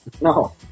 No